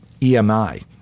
EMI